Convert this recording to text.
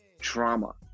trauma